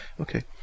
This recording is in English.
Okay